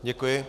Děkuji.